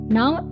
now